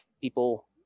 people